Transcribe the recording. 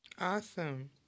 Awesome